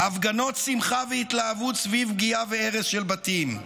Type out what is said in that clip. הפגנות שמחה והתלהבות סביב פגיעה והרס של בתים,